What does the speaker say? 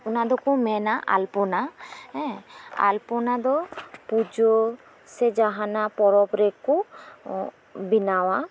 ᱚᱱᱟ ᱫᱚᱠᱩ ᱢᱮᱱᱟ ᱟᱞᱯᱚᱱᱟ ᱦᱮᱸ ᱟᱞᱯᱚᱱᱟ ᱫᱚ ᱯᱩᱡᱟᱹ ᱥᱮ ᱡᱟᱦᱟᱱᱟᱜ ᱯᱚᱨᱚᱵᱽ ᱨᱮᱠᱩ ᱵᱮᱱᱟᱣᱟ